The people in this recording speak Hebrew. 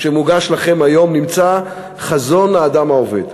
שמוגש לכם היום נמצא חזון האדם העובד,